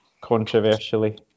controversially